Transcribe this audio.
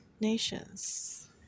nations